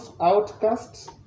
outcasts